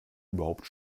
überhaupt